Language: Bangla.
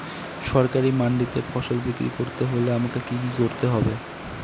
সরকারি মান্ডিতে ফসল বিক্রি করতে হলে আমাকে কি কি করতে হবে?